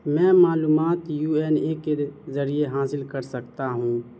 میں معلومات U N A کے ذریعے حاصل کر سکتا ہوں